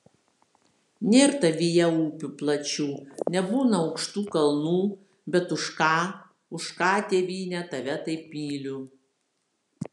nėr tavyje upių plačių nebūna aukštų kalnų bet už ką už ką tėvyne tave taip myliu